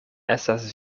estas